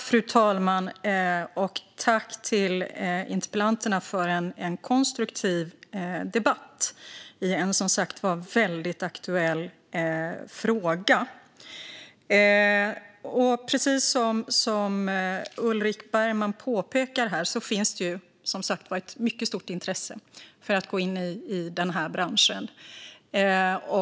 Fru talman! Jag tackar interpellanterna för en konstruktiv debatt i en mycket aktuell fråga. Precis som Ulrik Bergman påpekar här finns ett stort intresse för att gå in i branschen.